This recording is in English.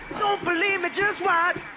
believe me, just watch